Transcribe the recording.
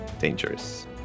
dangerous